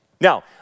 Now